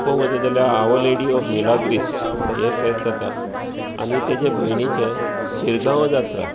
पळोवंक वचत जाल्यार आवर लेडी ऑफ मिलाग्रिस हें फेस्त जाता आनी तिजे भयणीचे शिरगांवा जात्रा